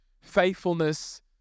faithfulness